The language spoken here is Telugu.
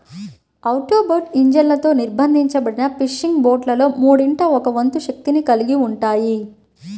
ఔట్బోర్డ్ ఇంజన్లతో నిర్బంధించబడిన ఫిషింగ్ బోట్లలో మూడింట ఒక వంతు శక్తిని కలిగి ఉంటాయి